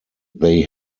they